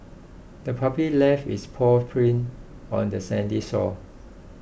the puppy left its paw prints on the sandy shore